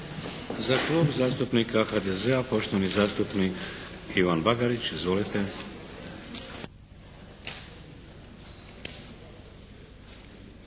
Za Klub zastupnika HDZ-a poštovani zastupnik Ivan Bagarić. Izvolite.